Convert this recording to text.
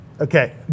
Okay